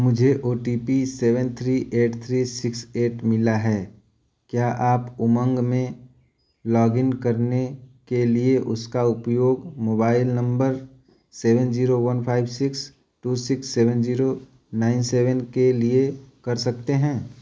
मुझे O T P seven three eight three six eight मिला है क्या आप उमंग में लॉग इन करने के लिए उसका उपयोग mobile number seven zero one five six two six seven zero nine seven के लिए कर सकते हैं